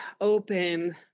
open